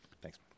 thanks